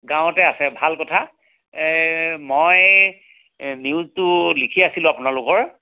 গাঁৱতে আছে ভাল কথা এই মই নিউজটো লিখি আছিলোঁ আপোনালোকৰ